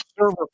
server